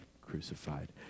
crucified